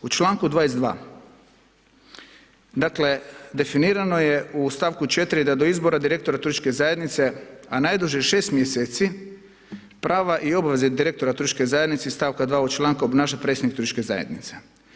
U članku 22. dakle definirano je u stavku 4. da do izbora direktora turističke zajednice, a najduže 6 mjeseci prava i obveze direktora turističke zajednice iz stavka 2. ovog članka obnaša predsjednik turističke zajednice.